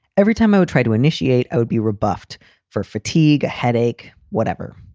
every time i would try to initiate, i would be rebuffed for fatigue, headache, whatever.